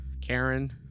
Karen